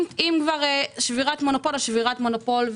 אם כבר שבירת מונופול,